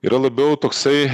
yra labiau toksai